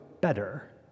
better